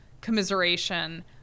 commiseration